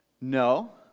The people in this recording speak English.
No